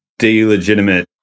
delegitimate